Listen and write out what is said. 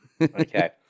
Okay